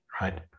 right